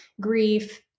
grief